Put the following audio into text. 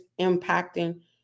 impacting